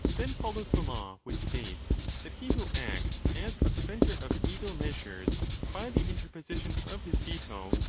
then follows the law, which states that he who acts as a preventer of evil measures by the interposition of his veto,